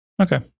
Okay